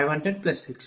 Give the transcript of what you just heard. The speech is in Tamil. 48 kW